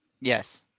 Yes